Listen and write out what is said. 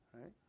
right